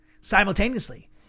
Simultaneously